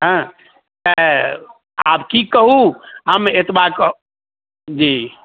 हँ आब की कहूँ हम एतबा कहब जी